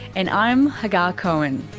and i'm hagar cohen